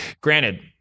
granted